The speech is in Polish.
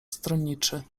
stronniczy